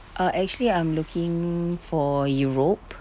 uh actually I'm looking for europe